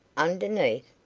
underneath?